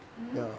mm